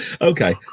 Okay